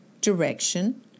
direction